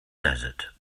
desert